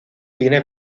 tiene